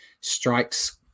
strikes